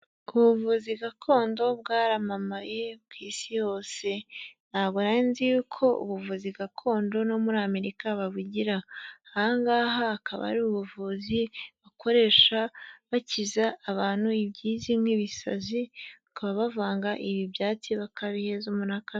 Ubuvuzi gakondo bwaramamaye kw’isi yose ntabwo nari nzi yuko ubuvuzi gakondo no muri amerika babugira ahangaha hakaba hari ubuvuzi bakoresha bakiza abantu ibizwi nk'ibisazi bakaba bavanga ibi byatsi bakabiheza aba…